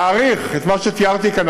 להאריך את מה שתיארתי כאן,